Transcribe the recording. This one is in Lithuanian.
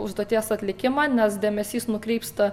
užduoties atlikimą nes dėmesys nukrypsta